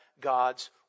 God's